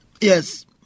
Yes